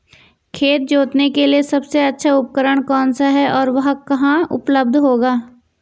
खेत जोतने के लिए सबसे अच्छा उपकरण कौन सा है और वह कहाँ उपलब्ध होगा?